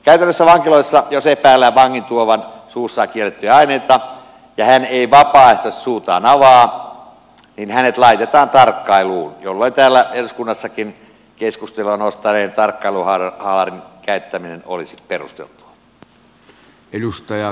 käytännössä vankiloissa jos epäillään vangin tuovan suussaan kiellettyjä aineita ja hän ei vapaaehtoisesti suutaan avaa hänet laitetaan tarkkailuun jolloin täällä eduskunnassakin keskustelua nostaneen tarkkailuhaalarin käyttäminen olisi perusteltua